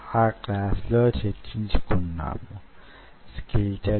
ఆ మందం చాలా ముఖ్యమైంది